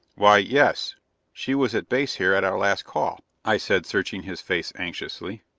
why yes she was at base here at our last call, i said, searching his face anxiously.